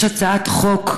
יש הצעת חוק,